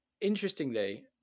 Interestingly